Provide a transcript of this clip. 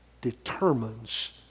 determines